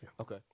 Okay